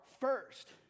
first